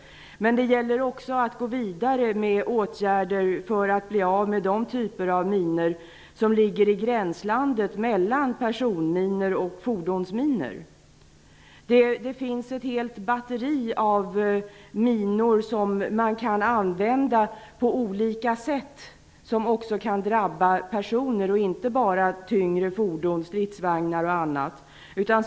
Det gäller också att gå vidare med åtgärder för att bli av med den typen av minor som ligger i gränslandet mellan personminor och fordonsminor. Det finns ett helt batteri av minor som kan användas på olika sätt. De kan också drabba personer och inte bara tyngre fordon, stridsvagnar och annat.